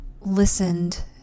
listened